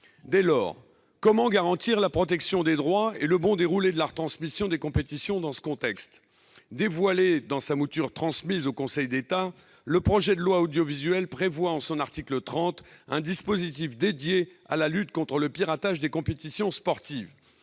Dès lors, comment garantir la protection des droits et le bon déroulé de la retransmission des compétitions dans ce contexte ? Dévoilé dans sa mouture transmise au Conseil d'État, le projet de loi sur l'audiovisuel comporte, en son article 30, un dispositif dédié à la lutte contre le piratage des compétitions sportives.